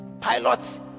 pilots